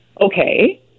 okay